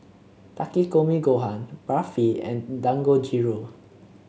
Takikomi Gohan Barfi and Dangojiru